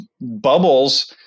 bubbles